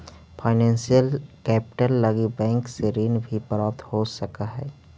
financial capital लगी bank से ऋण भी प्राप्त हो सकऽ हई